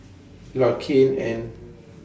Larkin and